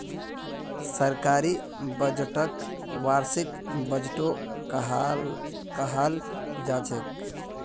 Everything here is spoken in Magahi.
सरकारी बजटक वार्षिक बजटो कहाल जाछेक